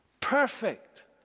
perfect